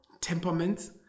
temperament